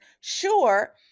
Sure